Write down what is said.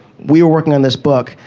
we were working on this book,